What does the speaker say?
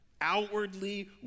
Outwardly